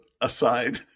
aside